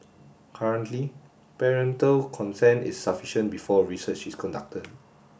currently parental consent is sufficient before research is conducted